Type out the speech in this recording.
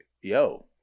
yo